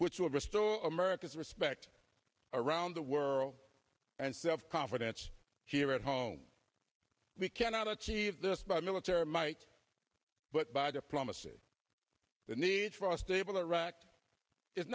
which will restore america's respect around the world and self confidence here at home we cannot achieve this by military might but by diplomacy the need for a stable iraq i